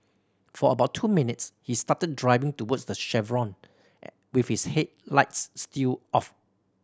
for about two minutes he started driving towards the chevron with his headlights still off